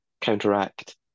counteract